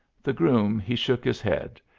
the groom he shook his head,